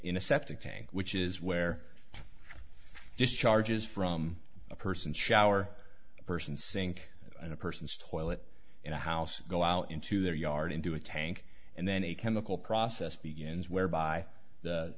in a septic tank which is where discharges from a person shower person sink and a person's toilet in a house go out into their yard into a tank and then a chemical process begins whereby